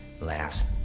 last